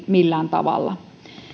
millään tavalla